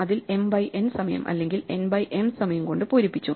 അതിൽ m by n സമയം അല്ലെങ്കിൽ n ബൈ m സമയം കൊണ്ട് പൂരിപ്പിച്ചു